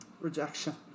rejection